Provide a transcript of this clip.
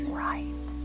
right